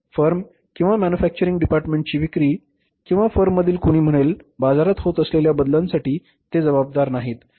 टणक फर्म किंवा मॅन्युफॅक्चरिंग डिपार्टमेंटची विक्री शक्ती किंवा फर्ममधील कोणी म्हणेल बाजारात होत असलेल्या बदलांसाठी ते जबाबदार नाहीत बरोबर